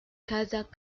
kazakh